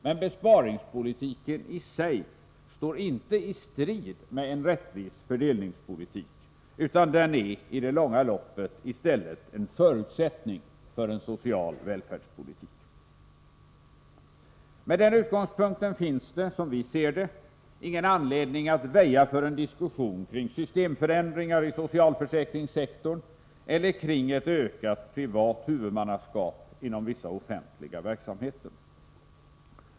Men besparingspolitiken i sigstår inte i strid med en rättvis fördelningspolitik, utan är i det långa loppet i stället en förutsättning för en social välfärdspolitik. Med den utgångspunkten finns det, som vi ser det, ingen anledning att väja för en diskussion kring systemförändringar i socialförsäkringssektorn eller kring ett ökat privat huvudmannaskap inom vissa offentliga verksamheter.